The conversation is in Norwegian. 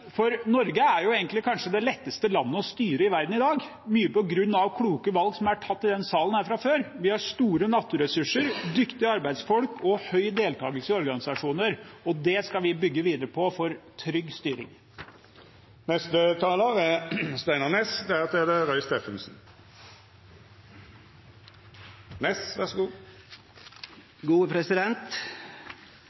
Norge er kanskje det letteste landet å styre i verden i dag, mye på grunn av kloke valg som er tatt i denne salen fra før. Vi har store naturressurser, dyktige arbeidsfolk og høy deltakelse i organisasjoner. Det skal vi bygge videre på for trygg styring.